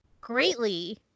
greatly